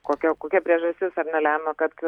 kokia kokia priežastis ar ne lemia kad